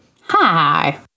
Hi